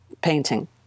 painting